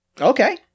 Okay